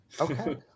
Okay